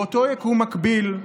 באותו יקום מקביל,